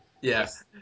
Yes